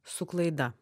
su klaida